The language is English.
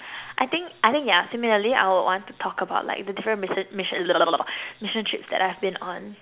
I think I think yeah similarly I would want to talk about like the different mission mission mission trips that I've been on